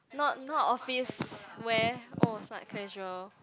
not not office wear uh smart casual